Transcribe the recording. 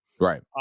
Right